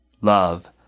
Love